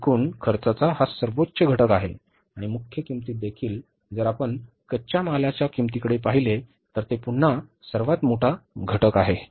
एकूण खर्चाचा हा सर्वोच्च घटक आहे आणि मुख्य किंमतीत देखील जर आपण कच्च्या मालाच्या किंमतीकडे पाहिले तर ते पुन्हा सर्वात मोठा घटक आहे